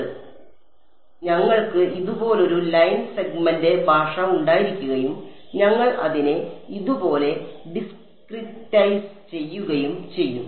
അതിനാൽ ഞങ്ങൾക്ക് ഇതുപോലൊരു ലൈൻ സെഗ്മെന്റ് ഭാഷ ഉണ്ടായിരിക്കുകയും ഞങ്ങൾ അതിനെ ഇതുപോലെ ഡിസ്ക്രിറ്റൈസ് ചെയ്യുകയും ചെയ്യും